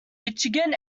incheon